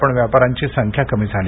पण व्यापाऱ्यांची संख्या कमी झाली